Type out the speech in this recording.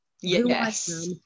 Yes